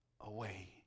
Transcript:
away